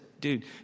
dude